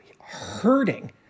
hurting